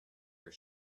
your